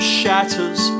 shatters